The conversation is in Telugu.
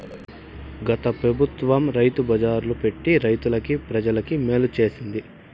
గత పెబుత్వం రైతు బజార్లు పెట్టి రైతులకి, ప్రజలకి మేలు చేసింది